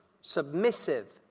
submissive